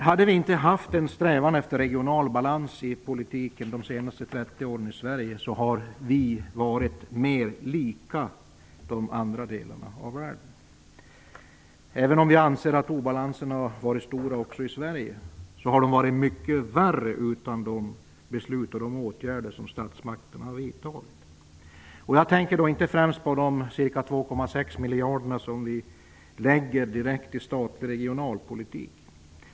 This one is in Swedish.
Om vi inte hade haft en strävan efter regional balans i politiken i Sverige de senaste 30 åren, så hade vi varit mer lika andra delar av världen. Även om vi anser att obalanserna har varit stora även i Sverige, så hade de varit mycket värre utan de beslut och åtgärder som statsmakterna har vidtagit. Jag tänker då inte främst på de ca 2,6 miljarder som vi lägger direkt i statlig regionalpolitik.